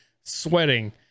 sweating